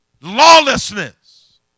lawlessness